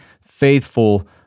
faithful